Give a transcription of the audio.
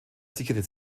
sicherte